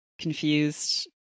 confused